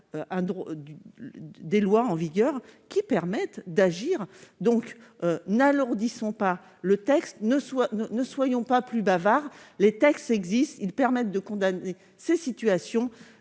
des lois en vigueur, qui permettent d'agir donc n'alourdit sont pas le texte ne soit, ne soyons pas plus bavard : les textes existent, ils permettent de condamner ces situations